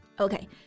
Okay